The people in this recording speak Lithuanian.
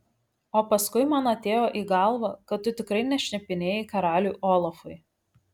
o paskui man atėjo į galvą kad tu tikrai nešnipinėjai karaliui olafui